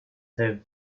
have